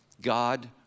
God